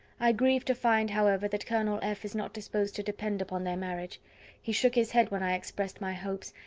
i grieve to find, however, that colonel f. is not disposed to depend upon their marriage he shook his head when i expressed my hopes,